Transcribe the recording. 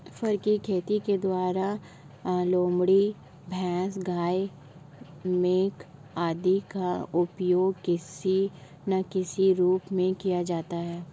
फर की खेती के द्वारा लोमड़ी, भैंस, गाय, मिंक आदि का उपयोग किसी ना किसी रूप में किया जाता है